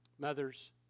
Mothers